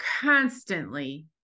constantly